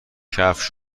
کفش